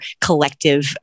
collective